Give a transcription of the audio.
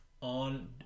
on